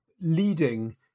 leading